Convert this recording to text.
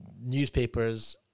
newspapers